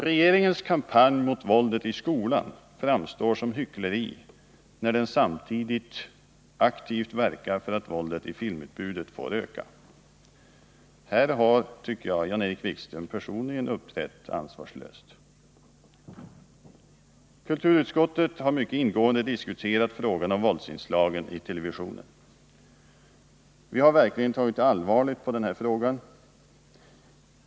Regeringens kampanj mot våldet i skolan framstår som hyckleri när den samtidigt aktivt verkar för att våldet i filmutbudet får öka. Här har, tycker jag, Jan-Erik Wikström personligen uppträtt ansvarslöst. Kulturutskottet har mycket ingående diskuterat frågan om våldsinslagen i televisionen. Vi har verkligen tagit allvarligt på denna fråga.